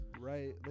right